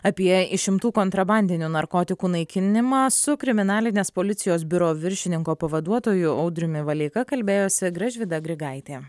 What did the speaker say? apie išimtų kontrabandinių narkotikų naikinimą su kriminalinės policijos biuro viršininko pavaduotoju audriumi valeika kalbėjosi gražvyda grigaitė